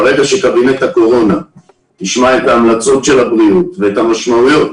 ברגע שקבינט הקורונה ישמע את המלצות הבריאות ואת המשמעויות